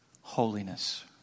Holiness